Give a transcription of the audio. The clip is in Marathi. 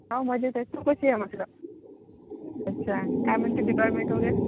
हो मजेत आहे तू कशी आहे म्हटलं अच्छा काय म्हणते डिपार्टमेंट वगैरे